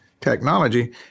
technology